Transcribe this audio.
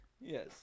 Yes